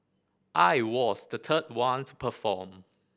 I was the third one to perform